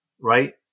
right